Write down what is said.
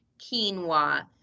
quinoa